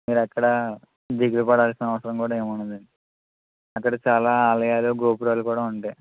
మీరు అక్కడా దిగులుపడాల్సిన అవసరం కూడా ఏం ఉండదండి అక్కడ చాలా ఆలయాలు గోపురాలు కూడా ఉంటాయి